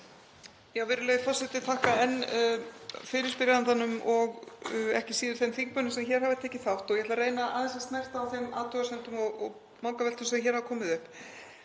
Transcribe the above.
Virðulegi forseti. Ég þakka enn fyrirspyrjandanum og ekki síður þeim þingmönnum sem hér hafa tekið þátt. Ég ætla að reyna aðeins að snerta á þeim athugasemdum og vangaveltum sem hér hafa komið upp.